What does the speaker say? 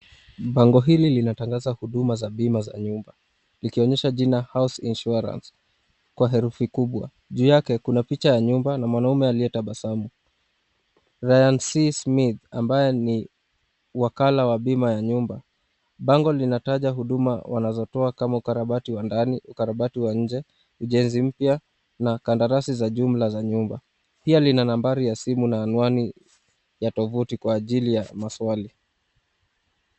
Bango hili linatangaza huduma za bima za nyumba, likionyesha jina HOUSE INSURANCE kwa herufi kubwa, juu yake kuna picha ya nyumba na mwanaume aliyetabasamu. Ryan C Smith ambaye ni wakala wa bima ya nyumba, bango linataja huduma wanazotoa kama ukarabati wa ndani, ukarabati wa nje, ujenzi mpya na kandarasi za jumla za nyumba, pia lina nambari ya simu na anwani ya tovuti kwa ajili ya maswali.